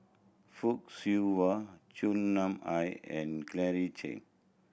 Fock Siew Wah Chua Nam Hai and Claire Chiang